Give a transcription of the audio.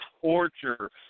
torture